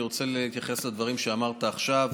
אני רוצה להתייחס לדברים שאמרת עכשיו.